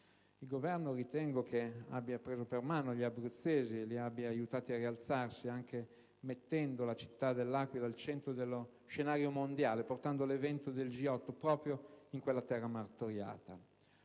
il Governo abbia preso per mano gli abruzzesi e li abbia aiutati a rialzarsi, anche mettendo la città dell'Aquila al centro dello scenario mondiale portando l'evento G8 proprio in quella terra martoriata.